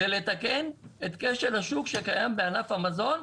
זה לתקן את כשל השוק שקיים בענף המזון,